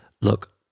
look